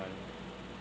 run